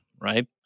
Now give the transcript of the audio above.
right